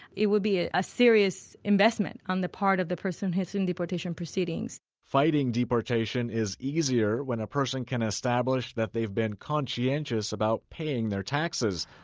it would be ah a serious investment on the part of the person who is in deportation proceedings fighting deportation is easier when a person can establish that they've been conscientious about paying their taxes.